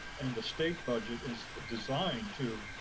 and the state budget is designed to,